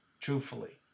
truthfully